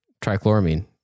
trichloramine